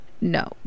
No